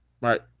right